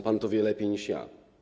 Pan to wie lepiej niż ja.